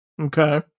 okay